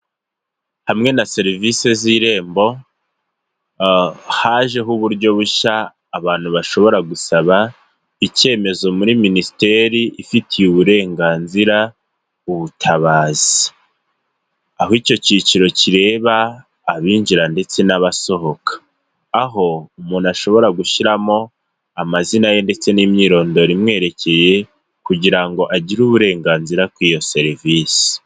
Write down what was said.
Hamwe na serivisi z'Irembo, hajeho uburyo bushya abantu bashobora gusaba icyemezo muri Minisiteri ifitiye uburenganzira ubutabazi. Aho icyo cyiciro kireba abinjira ndetse n'abasohoka. Aho umuntu ashobora gushyiramo amazina ye ndetse n'imyirondoro imwerekeye, kugira ngo agire uburenganzira ku iyo serivisi.